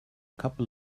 couple